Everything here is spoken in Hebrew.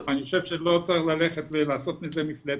אני חושב שלא צריך ללכת ולעשות מזה מפלצת,